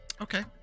Okay